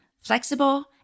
flexible